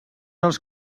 els